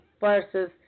versus